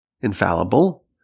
infallible